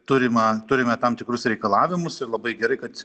turima turime tam tikrus reikalavimus ir labai gerai kad